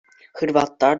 hırvatlar